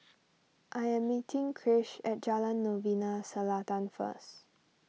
I am meeting Krish at Jalan Novena Selatan first